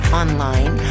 online